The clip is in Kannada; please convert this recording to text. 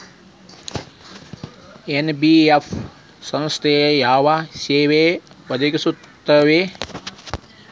ಎನ್.ಬಿ.ಎಫ್ ಸಂಸ್ಥಾ ಯಾವ ಸೇವಾ ಒದಗಿಸ್ತಾವ?